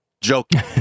joking